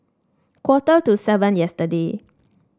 quarter to seven yesterday